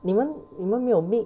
你们你们没有 meet